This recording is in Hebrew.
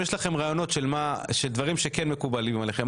האם יש לכם רעיונות של מה שדברים שכן מקובלים עליכם,